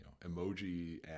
emoji